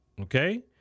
Okay